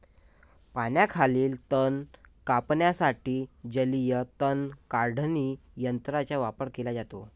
पाण्याखालील तण कापण्यासाठी जलीय तण काढणी यंत्राचा वापर केला जातो